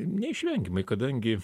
neišvengiamai kadangi